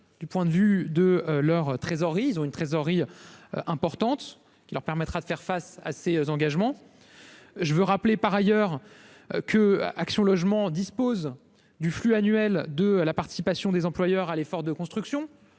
du point de vue de leur trésorerie, ils ont une trésorerie importante qui leur permettra de faire face à ses engagements, je veux rappeler par ailleurs que Action Logement dispose du flux annuel de à la participation des employeurs à l'effort de construction